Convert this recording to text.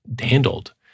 handled